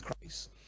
Christ